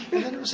there was,